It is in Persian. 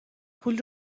پول